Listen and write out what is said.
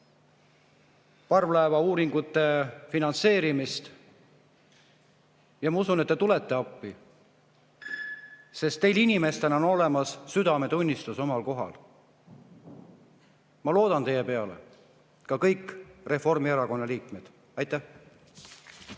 parvlaeva uuringute finantseerimist. Ja ma usun, et te tulete appi, sest teil inimestena on olemas südametunnistus omal kohal. Ma loodan teie peale, ka kõik Reformierakonna liikmed. Aitäh!